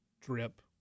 drip